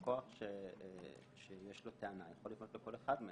לקוח שיש לו טענה יכול לפנות לכל אחד מהם.